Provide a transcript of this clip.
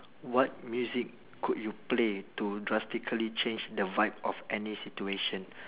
what music could you play to drastically change the vibe of any situation